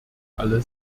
alle